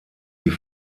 die